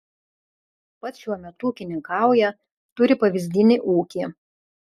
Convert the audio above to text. pats šiuo metu ūkininkauja turi pavyzdinį ūkį